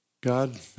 God